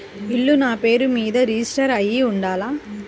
ఇల్లు నాపేరు మీదే రిజిస్టర్ అయ్యి ఉండాల?